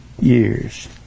years